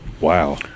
Wow